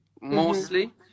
mostly